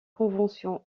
conventions